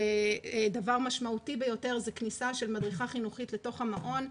דבר משמעותי ביותר זה כניסה של מדריכה חינוכית לתוך המעון,